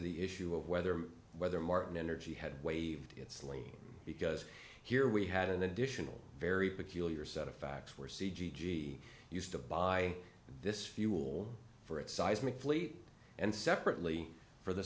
the issue of whether whether martin energy had waived its lien because here we had an additional very peculiar set of facts were see g g used to buy this fuel for its seismically and separately for the